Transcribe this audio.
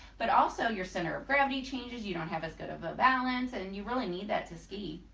but also your center of gravity changes you don't have as good of a balance and you really need that to ski.